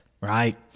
Right